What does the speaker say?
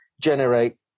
generate